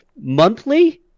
monthly